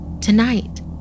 Tonight